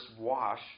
wash